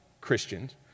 Christians